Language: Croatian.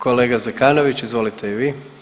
Kolega Zekanović, izvolite i vi.